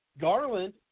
Garland